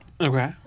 Okay